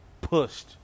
pushed